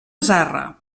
zarra